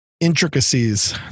intricacies